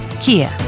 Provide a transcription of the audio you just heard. Kia